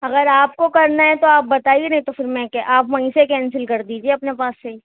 اگر آپ کو کرنا ہے تو آپ بتائیے نہیں تو پھر میں کے آپ وہیں سے کینسل کر دیجیے اپنے پاس سے ہی